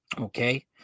Okay